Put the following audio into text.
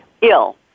ill